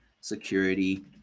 security